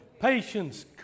patience